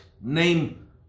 name